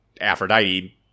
Aphrodite